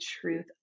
truth